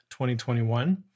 2021